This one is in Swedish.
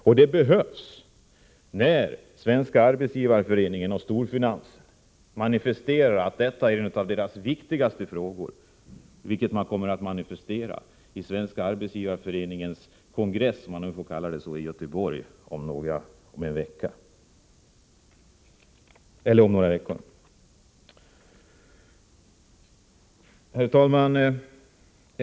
Det är nödvändigt, eftersom Svenska arbetsgivareföreningen och storfinansen har framhållit att detta är en av deras viktigaste frågor, vilket kommer att manifesteras på Svenska arbetsgivareföreningens kongress, om jag får kalla det så, i Göteborg om några veckor. Herr talman!